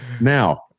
now